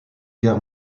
guerre